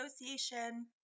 Association